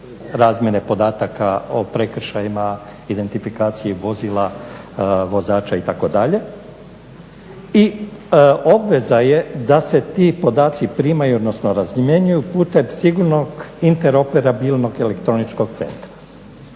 razmjene podataka o prekršajima, identifikaciji vozila, vozača itd. i obveza je da se ti podaci primaju odnosno razmjenjuju putem Sigurnog interoperabilnog elektroničkog centra.